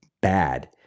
bad